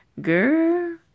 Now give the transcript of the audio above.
Girl